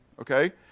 okay